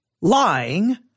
lying